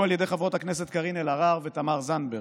על ידי חברות הכנסת קארין אלהרר ותמר זנדברג.